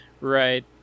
right